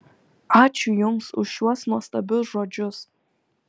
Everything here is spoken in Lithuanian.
ačiū jums už šiuos nuostabius žodžius